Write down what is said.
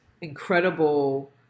incredible